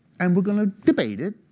and we're going to debate it,